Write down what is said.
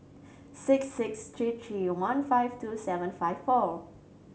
six six three three one five two seven five four